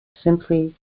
simply